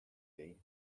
play